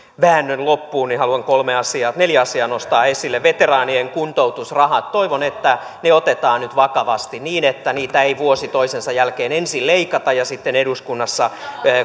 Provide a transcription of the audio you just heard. väännön loppuun haluan neljä asiaa nostaa esille veteraanien kuntoutusrahat toivon että ne otetaan nyt vakavasti niin että niitä ei vuosi toisensa jälkeen ensin leikata ja sitten eduskunnassa